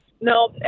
No